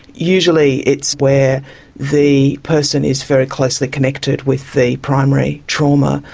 usually it's where the person is very closely connected with the primary trauma,